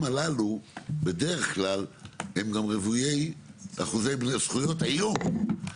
האלה בדרך כלל הם גם רווי אחוזי זכויות היום.